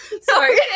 sorry